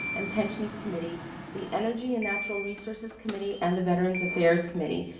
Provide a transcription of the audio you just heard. and pensions committee the energy and natural resources committee and the veterans' affairs committee.